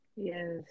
Yes